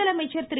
முதலமைச்சர் திரு